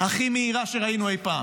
הכי מהירה שראינו אי פעם.